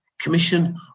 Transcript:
commission